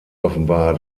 offenbar